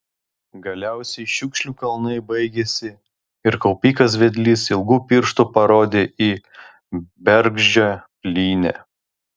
galiausiai šiukšlių kalnai baigėsi ir kaupikas vedlys ilgu pirštu parodė į bergždžią plynę